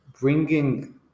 bringing